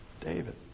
David